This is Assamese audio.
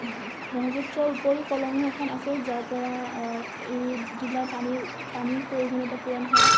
ব্ৰহ্মপুত্ৰৰ উপৰি কলঙো এখন আছেই যাৰ পৰা এই জিলাৰ পানীৰ পানীৰ প্ৰয়োজনতা পূৰণ হয়